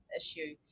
issue